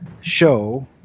show